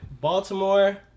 Baltimore